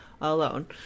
alone